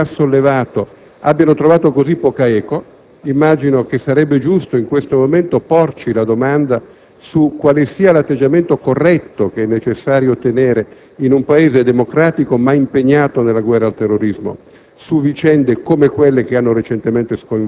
mi stupisco che le questioni da lui sollevate abbiano trovato così poca eco. Immagino che sarebbe giusto, in questo momento, domandarci quale sia l'atteggiamento corretto che è necessario tenere in un Paese democratico, ma impegnato nella guerra al terrorismo